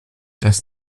dass